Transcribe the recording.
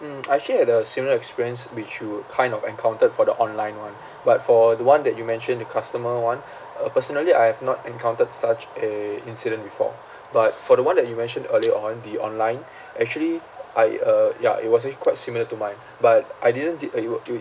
mm I actually had a similar experience which you would kind of encountered for the online [one] but for the one that you mentioned the customer [one] uh personally I have not encountered such a incident before but for the one that you mentioned earlier on the online actually I uh ya it was actually quite similar to mine but I didn't did uh you